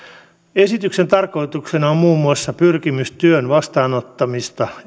esityksen tarkoituksena on muun muassa pyrkimys työn vastaanottamista